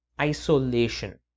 isolation